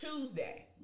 tuesday